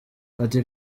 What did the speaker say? ati